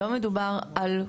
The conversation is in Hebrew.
לא מדובר על,